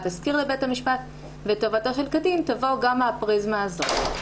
תסקיר לבית המשפט וטובתו של הקטין תבוא גם מהפריזמה הזו.